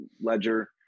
ledger